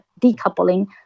decoupling